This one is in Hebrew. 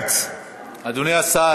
--- אדוני השר.